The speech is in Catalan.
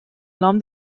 nom